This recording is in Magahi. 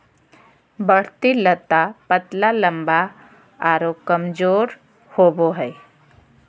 बढ़ती लता पतला लम्बा आरो कमजोर होबो हइ